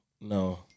No